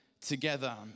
together